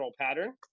pattern